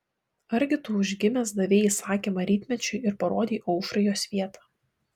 argi tu užgimęs davei įsakymą rytmečiui ir parodei aušrai jos vietą